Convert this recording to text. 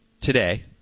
today